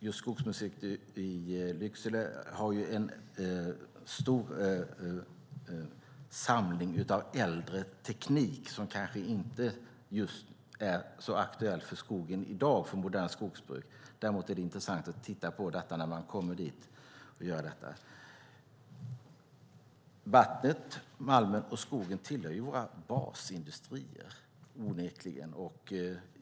Just Skogsmuseet i Lycksele har en stor samling av äldre teknik som kanske inte just är så aktuell för skogen i dag och för modernt skogsbruk. Däremot är det intressant att titta på detta när man kommer dit. Vattnet, malmen och skogen tillhör onekligen våra basindustrier.